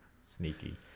Sneaky